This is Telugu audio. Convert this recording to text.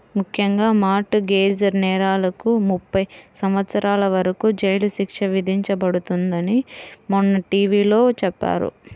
ముఖ్యంగా మార్ట్ గేజ్ నేరాలకు ముప్పై సంవత్సరాల వరకు జైలు శిక్ష విధించబడుతుందని మొన్న టీ.వీ లో చెప్పారు